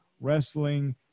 Wrestling